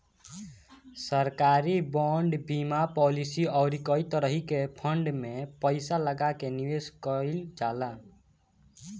सरकारी बांड, बीमा पालिसी अउरी कई तरही के फंड में पईसा लगा के निवेश कईल जाला